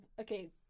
okay